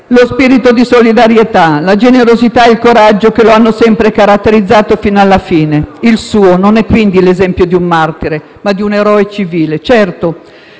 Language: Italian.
lo spirito di solidarietà, la generosità e il coraggio che l'hanno sempre caratterizzato, fino alla fine. Il suo non è, quindi, l'esempio di un martire, ma di un eroe civile. Certo,